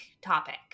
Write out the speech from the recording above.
topic